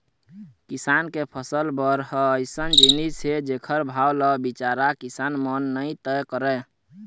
किसान के फसल भर ह अइसन जिनिस हे जेखर भाव ल बिचारा किसान मन नइ तय करय